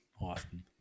Austin